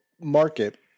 market